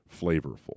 flavorful